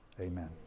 amen